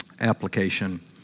application